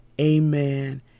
Amen